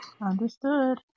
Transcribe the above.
Understood